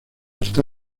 está